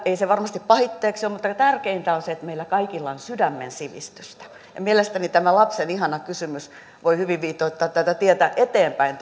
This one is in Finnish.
ei se varmasti kyllä pahitteeksi ole mutta tärkeintä on se että meillä kaikilla on sydämen sivistystä mielestäni tämä lapsen ihana kysymys on sellainen että se voi toivottavasti hyvin viitoittaa tätä tietä eteenpäin